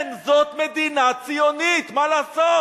כן, זאת מדינה ציונית, מה לעשות.